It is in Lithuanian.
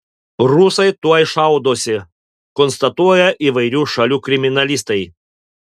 rusai tuoj šaudosi konstatuoja įvairių šalių kriminalistai